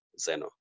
Zeno